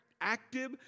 active